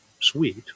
sweet